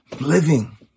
living